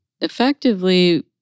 effectively